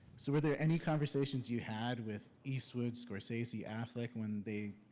so were there any conversations you had with eastwood, scorsese, affleck, when they